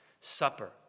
supper